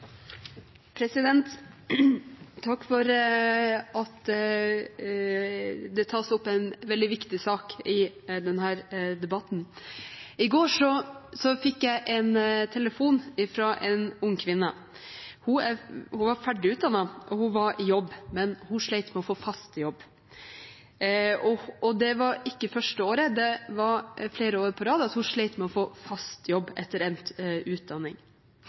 Takk for at det tas opp en veldig viktig sak til debatt. I går fikk jeg en telefon fra en ung kvinne. Hun var ferdig utdannet, og hun var i jobb, men slet med å få fast jobb. Det var ikke første året, flere år på rad hadde hun slitt med å få fast jobb etter endt utdanning.